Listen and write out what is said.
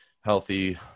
healthy